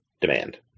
demand